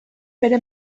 bere